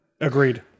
Agreed